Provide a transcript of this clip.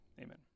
amen